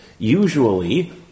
Usually